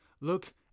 Look